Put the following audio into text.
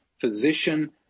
physician